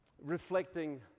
reflecting